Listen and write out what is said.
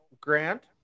Grant